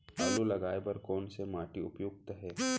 आलू लगाय बर कोन से माटी उपयुक्त हे?